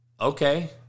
Okay